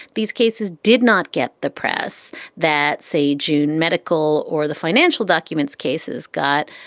these cases did not get the press that, say, june medical or the financial documents cases got.